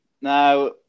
Now